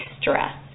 stress